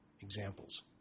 examples